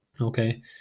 okay